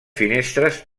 finestres